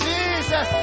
Jesus